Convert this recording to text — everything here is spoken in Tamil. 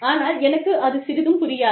ஆனால் எனக்கு அது சிறிதும் புரியாது